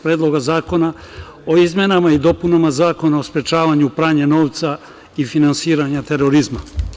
Predloga zakona o izmenama i dopunama Zakona o sprečavanju pranja novca i finansiranja terorizma.